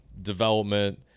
development